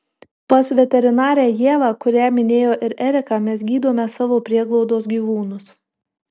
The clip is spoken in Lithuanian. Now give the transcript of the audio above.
pas veterinarę ievą kurią minėjo ir erika mes gydome savo prieglaudos gyvūnus